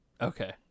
Okay